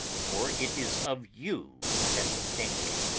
for it is of you that we think.